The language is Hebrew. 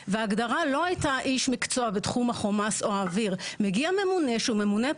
הציבור בחוק אוויר נקי כפי שהוא כיום,